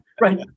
Right